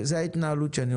אם היינו